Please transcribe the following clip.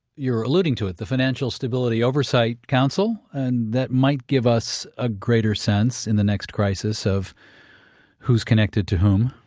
you're alluding to it, the financial stability oversight council. and that might give us a greater sense in the next crisis of who's connected to whom?